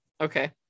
okay